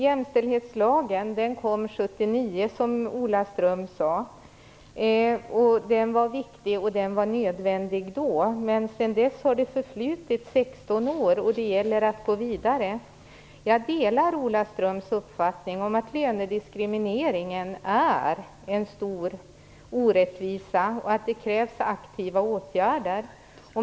Som Ola Ström sade kom jämställdhetslagen 1979. Den var viktig, och den var nödvändig då. Men sedan dess har det förflutit 16 år, och det gäller att gå vidare. Jag delar Ola Ströms uppfattning att lönediskrimineringen är en stor orättvisa och att det krävs aktiva åtgärder.